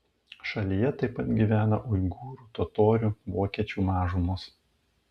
šalyje taip pat gyvena uigūrų totorių vokiečių mažumos